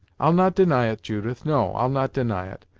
i'll not deny it, judith no, i'll not deny it.